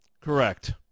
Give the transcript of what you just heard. Correct